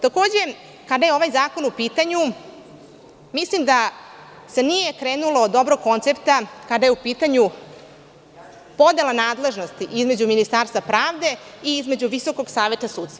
Takođe, kada je ovaj zakon u pitanju, mislim da se nije krenulo od dobrog koncepta kada je u pitanju podela nadležnosti između Ministarstva pravde i između Visokog saveta sudstva.